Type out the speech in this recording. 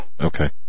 Okay